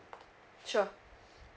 sure